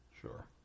Sure